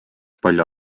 palju